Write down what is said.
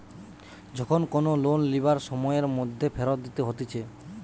যখন কোনো লোন লিবার সময়ের মধ্যে ফেরত দিতে হতিছে